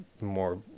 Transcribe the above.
more